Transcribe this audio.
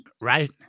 Right